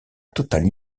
totale